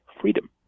freedom